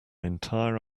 entire